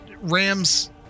rams